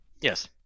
Yes